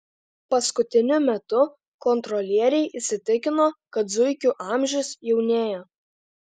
paskutiniu metu kontrolieriai įsitikino kad zuikių amžius jaunėja